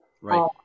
right